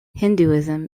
hinduism